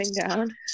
down